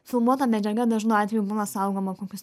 filmuota medžiaga dažnu atveju būna saugoma kokius